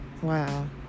wow